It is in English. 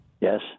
Yes